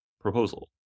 proposal